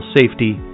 safety